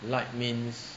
light means